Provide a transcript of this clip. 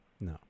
no